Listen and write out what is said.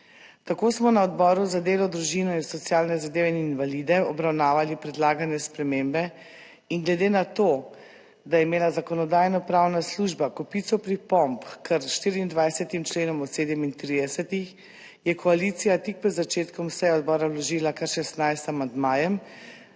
Tako smo na Odboru za delo, družino, socialne zadeve in invalide obravnavali predlagane spremembe in glede na to, da je imela Zakonodajno-pravna služba kopico pripomb h kar 24 členom od 37, je koalicija tik pred začetkom seje odbora vložila kar 16 amandmajev